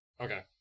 Okay